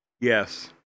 Yes